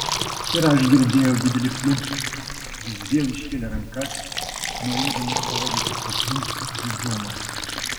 ir aš girdėjau didelį pliumpt jis vėl iškėlė rankas norėdamas parodyti to pliumpt didumą